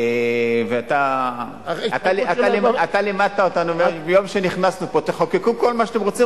אתה לימדת אותנו מיום שנכנסנו לפה: תחוקקו מה שאתם רוצים,